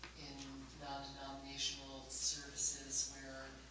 in non-denominational services, where